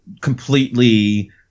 completely